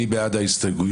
מי בעד ההסתייגויות?